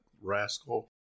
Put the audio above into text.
rascal